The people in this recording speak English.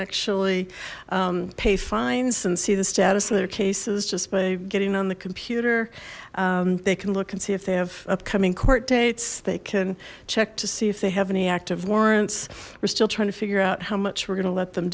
actually pay fines and see the status of their cases just by getting on the computer they can look and see if they have upcoming court dates they can check to see if they have any active warrants we're still trying to figure out how much we're gonna let them